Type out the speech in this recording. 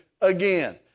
again